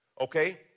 okay